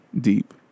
deep